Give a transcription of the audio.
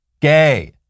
gay